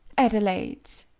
adelaide